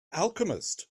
alchemist